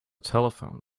telephone